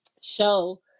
show